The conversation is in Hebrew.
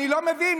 אני לא מבין,